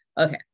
okay